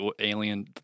alien